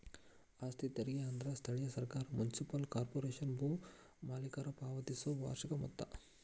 ಆಸ್ತಿ ತೆರಿಗೆ ಅಂದ್ರ ಸ್ಥಳೇಯ ಸರ್ಕಾರ ಮುನ್ಸಿಪಲ್ ಕಾರ್ಪೊರೇಶನ್ಗೆ ಭೂ ಮಾಲೇಕರ ಪಾವತಿಸೊ ವಾರ್ಷಿಕ ಮೊತ್ತ